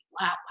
wow